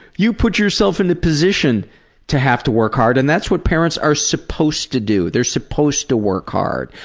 you put yourself into that position to have to work hard and that's what parents are supposed to do. they are supposed to work hard.